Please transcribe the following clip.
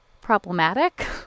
problematic